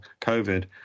COVID